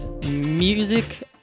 Music